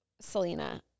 Selena